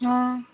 हँ